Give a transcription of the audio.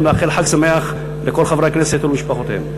גם לאחל חג שמח לכל חברי הכנסת ולמשפחותיהם.